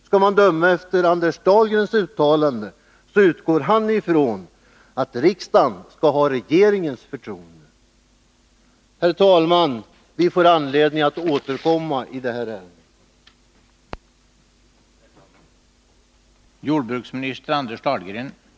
Skall vi döma efter Anders Dahlgrens uttalande, så utgår han från att Nr 49 riksdagen skall ha regeringens förtroende. Torsdagen den Herr talman! Vi får anledning att återkomma i det här ärendet. 10 december 1981